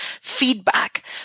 feedback